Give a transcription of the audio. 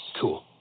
Cool